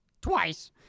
Twice